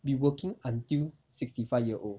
be working until sixty five year old